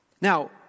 Now